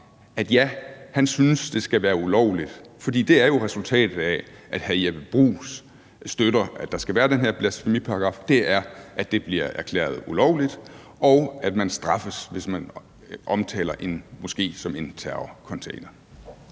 at ja, han synes, det skal være ulovligt, for det er jo resultatet af, at hr. Jeppe Bruus støtter, at der skal være den her blasfemiparagraf, nemlig at det bliver erklæret ulovligt, og at man straffes, hvis man omtaler en moské som en terrorcontainer.